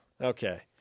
Okay